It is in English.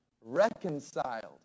Reconciled